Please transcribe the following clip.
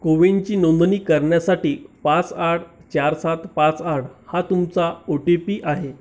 कोविनची नोंदणी करण्यासाठी पाच आठ चार सात पाच आठ हा तुमचा ओटीपी आहे